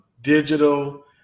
digital